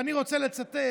ואני רוצה לצטט